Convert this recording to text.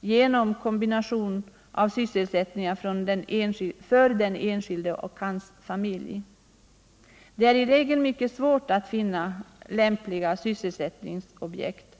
genom kombination av sysselsättningar för den enskilde och hans familj. Det är i regel mycket svårt att finna lämpliga sysselsättningsobjekt.